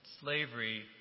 slavery